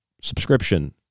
subscription